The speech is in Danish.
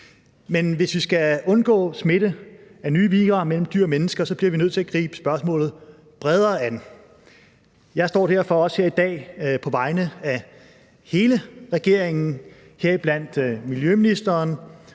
Men hvis vi skal undgå smitte af nye vira mellem dyr og mennesker, bliver vi nødt til at gribe spørgsmålet bredere an. Jeg står derfor også her i dag på vegne af hele regeringen, heriblandt miljøministeren,